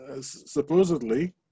supposedly